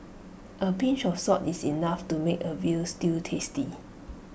A pinch of salt is enough to make A Veal Stew tasty